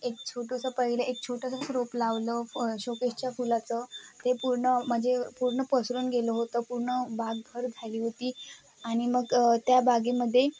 एक छोटुसं पहिले एक छोटंसं रोप लावलं शोकेशच्या फुलाचं ते पूर्ण म्हणजे पूर्ण पसरून गेलं होतं पूर्ण बागभर झाली होती आणि मग त्या बागेमध्ये